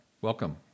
Welcome